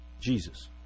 Jesus